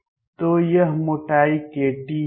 तो यह मोटाई kT होगी